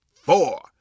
four